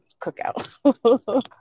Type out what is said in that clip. cookout